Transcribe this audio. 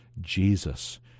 Jesus